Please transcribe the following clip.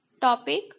topic